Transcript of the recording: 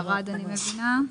ירד, אני מבינה.